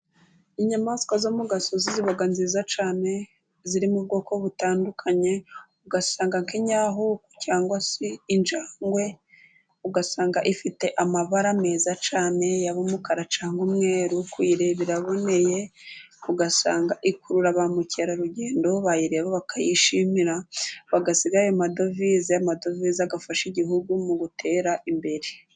Inyamaswa zo mu gasozi ziba nziza cyane, ziri mu bwoko butandukanye usanga inyawu cyangwa se injangwe, usanga ifite amabara meza cyane, yaba umukara cyangwa umweru, kuyireba iraboneye usanga ikurura ba mukerarugendo bayireba bakayishimira, bagasiga ayo madovize, amadovize agafasha igihugu mu gutera imbere.